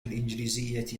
الإنجليزية